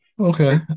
Okay